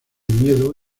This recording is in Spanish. miedo